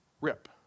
rip